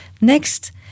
Next